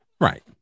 Right